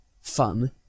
fun